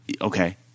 okay